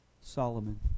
Solomon